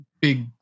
big